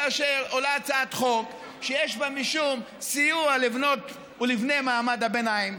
כאשר עולה הצעת חוק שיש בה משום סיוע לבנות ולבני מעמד הביניים,